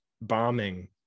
bombing